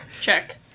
Check